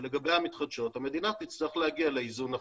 לגבי המתחדשות, המדינה תצטרך להגיע לאיזון נכון.